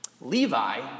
Levi